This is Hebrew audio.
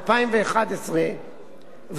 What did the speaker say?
2011,